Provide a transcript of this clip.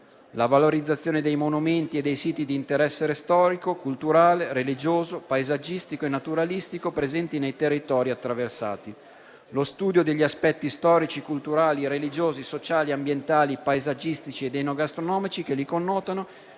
la valorizzazione dei monumenti e dei siti di interesse storico, culturale, religioso, paesaggistico e naturalistico presenti nei territori attraversati, lo studio degli aspetti storici, culturali, religiosi, sociali e ambientali, paesaggistici ed enogastronomici che li connotano